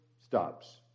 stops